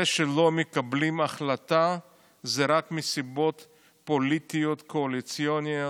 זה שלא מקבלים החלטה זה רק מסיבות פוליטיות קואליציוניות.